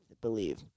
believe